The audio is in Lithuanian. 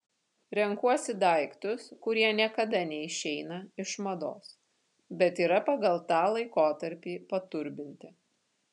renkuosi daiktus kurie niekada neišeina iš mados bet yra pagal tą laikotarpį paturbinti